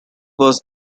was